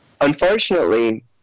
Unfortunately